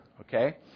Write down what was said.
okay